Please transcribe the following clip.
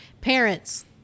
Parents